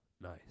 Nice